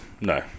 No